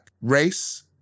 race